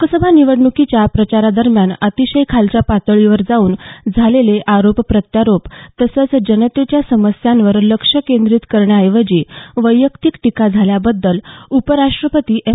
लोकसभा निवडणुकांच्या प्रचारादरम्यान अतिशय खालच्या पातळीवर जाऊन झालेले आरोप प्रत्यारोप तसंच जनतेच्या समस्यांवर लक्ष केंद्रित करण्याऐवजी वैयक्तीक टीका झाल्याबद्दल उपराष्ट्रपती एम